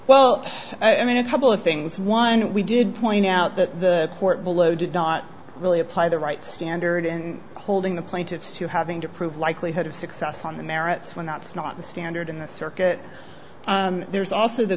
well i mean a couple of things one we did point out that the court below did not really apply the right standard in holding the plaintiffs to having to prove likelihood of success on the merits when that's not the standard in the circuit there's also the